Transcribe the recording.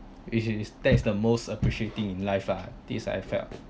which is that is the most appreciating in life ah this I felt